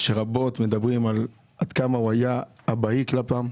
שרבות מדברים עד כמה הוא היה אבהי כלפיהם.